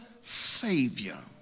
savior